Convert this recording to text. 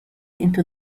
into